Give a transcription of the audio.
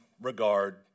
regard